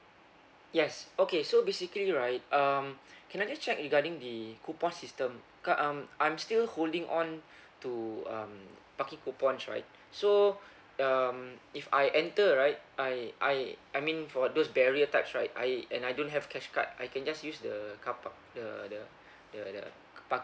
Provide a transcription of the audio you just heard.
yes okay so basically right um can I just check regarding the coupon system cause um I'm still holding on to um parking coupons right so um if I enter right I I I mean for those barrier types right I and I don't have cash card I can just use the carpark the the the the